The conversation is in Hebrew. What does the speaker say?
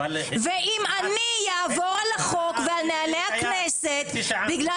אם אני אעבור על החוק ועל נוהלי הכנסת בגלל